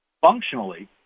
functionally